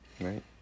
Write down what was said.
Right